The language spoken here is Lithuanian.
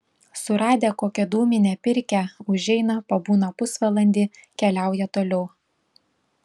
suradę kokią dūminę pirkią užeina pabūna pusvalandį keliauja toliau